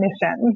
mission